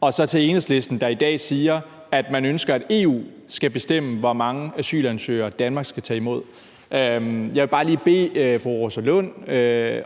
og så til Enhedslisten, der i dag siger, at man ønsker, at EU skal bestemme, hvor mange asylansøgere Danmark skal tage imod. Jeg vil bare lige bede fru Rosa Lund